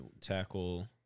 tackle